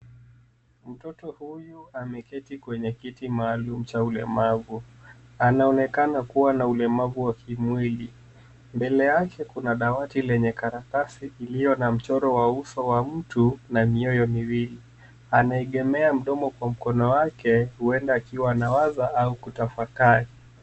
Mtoto huyu ameketi kwenye kiti maalum cha ulemavu. Anaonekana kuwa na ulemavu wa kimwili. Mbele yake kuna dawati lenye karatasi iliyo na mchoro wa uso wa mtu na mioyo miwili. Anaegemea mdomo kwa mkono wake huenda akiwa anawaza au kutafakari.